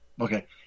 Okay